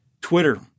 Twitter